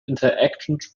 interactions